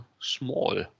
small